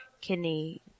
kidney